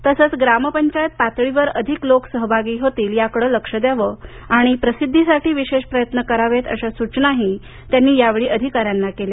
तसच ग्रामपंचायत पातळीवर अधिक लोक सहभागी होतील याकडे लक्ष द्यावं आणि प्रसिद्धीसाठी विशेष प्रयत्न करावेत असा सूचनाही त्यांनी यावेळी अधिकाऱ्यांना केल्या